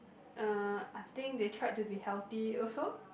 uh I think they tried to be healthy also